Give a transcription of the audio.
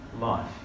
life